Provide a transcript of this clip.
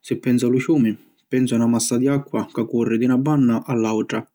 Si pensu a un ciumi pensu a na massa di acqua ca curri di na banna a l’autra.